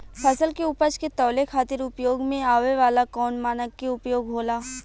फसल के उपज के तौले खातिर उपयोग में आवे वाला कौन मानक के उपयोग होला?